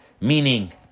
Meaning